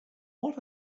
what